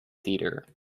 theatre